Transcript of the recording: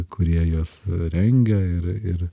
kurie juos rengia ir ir